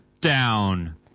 down